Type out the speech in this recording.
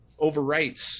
overwrites